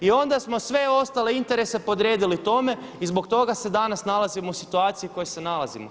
I onda smo sve ostale interese podredili tome i zbog toga se danas nalazimo u situaciji kojoj se nalazimo.